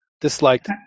Disliked